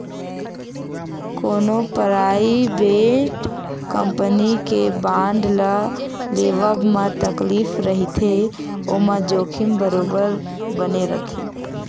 कोनो private company के bond ल लेवब म तकलीफ रहिथे ओमा जोखिम बरोबर बने रथे